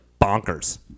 bonkers